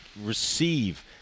receive